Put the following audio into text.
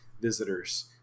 visitors